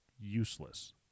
useless